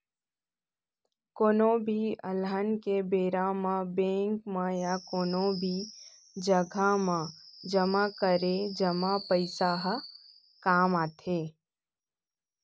कोनो भी अलहन के बेरा म बेंक म या कोनो भी जघा म जमा करे जमा पइसा ह काम आथे